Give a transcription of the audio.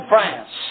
France